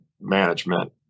management